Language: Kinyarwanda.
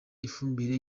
ifumbire